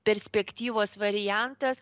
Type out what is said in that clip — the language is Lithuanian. perspektyvos variantas